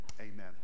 amen